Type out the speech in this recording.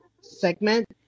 segment